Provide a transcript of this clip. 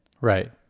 Right